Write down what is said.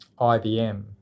IBM